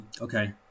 Okay